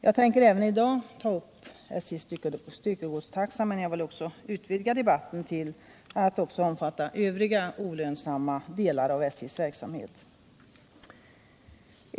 Jag tänker även i dag ta upp SJ:s styckegodstaxa, men jag vill utvidga debatten till att också omfatta övriga olönsamma delar av SJ:s verksamhet.